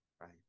Right